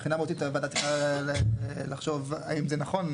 מבחינה מהותית הוועדה צריכה לחשוב האם זה נכון.